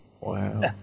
Wow